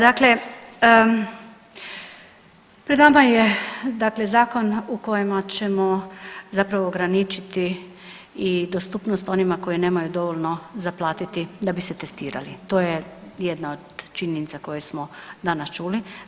Dakle, pred nama je dakle zakon u kojem ćemo zapravo ograničiti i dostupnost onima koji nemaju dovoljno za platiti da bi se testirali, to je jedna od činjenica koje smo danas čuli.